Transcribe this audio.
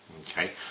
Okay